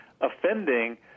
offending